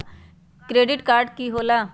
Credit card की होला?